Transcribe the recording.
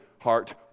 heart